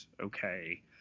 okay